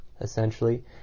essentially